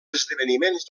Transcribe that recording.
esdeveniments